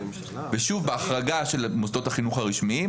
ושוב, בהחרגה של מוסדות החינוך הרשמיים.